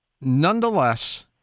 Nonetheless